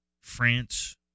France